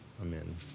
Amen